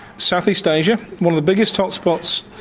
south east asia, one of the biggest hotspots,